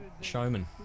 showman